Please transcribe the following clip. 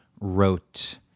wrote